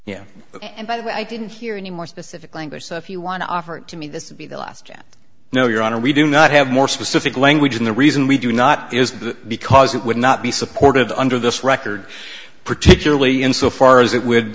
way i didn't hear any more specific language so if you want to offer it to me this be the last chat no your honor we do not have more specific language and the reason we do not is that because it would not be supported under this record particularly in so far as it would